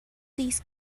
please